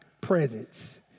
presence